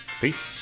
Peace